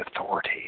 authority